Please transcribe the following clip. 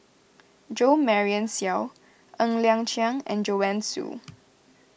Jo Marion Seow Ng Liang Chiang and Joanne Soo